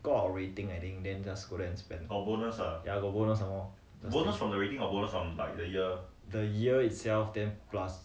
got our rating I think then just go there and spend ya got bonus some more the year itself then plus